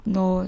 no